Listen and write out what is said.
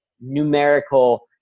numerical